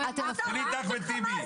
תשאלי את אחמד טיבי.